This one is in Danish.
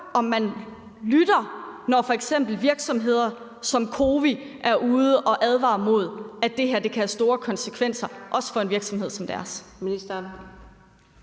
om man lytter, når f.eks. virksomheder som COWI er ude at advare mod, at det her kan have store konsekvenser, også for en virksomhed som deres.